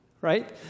right